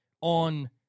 on